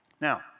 Now